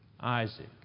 Isaac